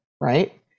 right